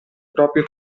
proprio